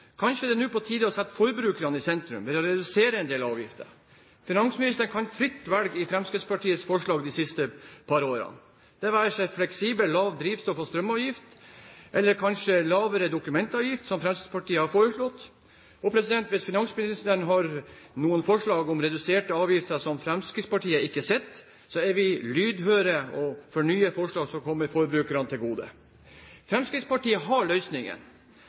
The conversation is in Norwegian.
det nå er på tide å sette forbrukerne i sentrum, ved å redusere en del avgifter? Finansministeren kan fritt velge i Fremskrittspartiets forslag de siste par årene, det være seg fleksibel lav drivstoff- og strømavgift, lavere dokumentavgift – som Fremskrittspartiet har foreslått. Hvis finansministeren har noen forslag til reduserte avgifter som Fremskrittspartiet ikke har sett, så er vi lydhøre for nye forslag som kommer forbrukerne til gode. Fremskrittspartiet har løsningen.